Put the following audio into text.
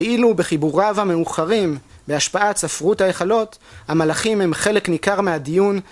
אילו בחיבוריו המאוחרים, בהשפעת ספרות ההיכלות, המלאכים הם חלק ניכר מהדיון